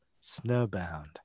snowbound